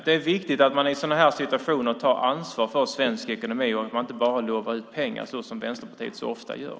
Det är viktigt att man i sådana här situationer tar ansvar för svensk ekonomi och inte bara lovar bort pengar, som Vänsterpartiet så ofta gör.